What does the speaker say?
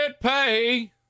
pay